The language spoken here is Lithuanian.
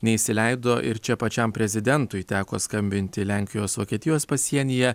neįsileido ir čia pačiam prezidentui teko skambinti lenkijos vokietijos pasienyje